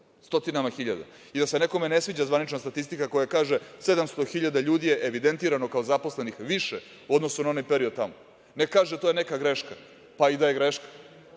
Stotinama hiljada i da se nekome ne sviđa zvanična statistika koja kaže – 700 hiljada ljudi je evidentirano kao zaposlenih više u odnosu na onaj period tamo. Ne, kaže – to je neka greška, pa i da je greška,